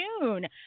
June